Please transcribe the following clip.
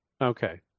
Okay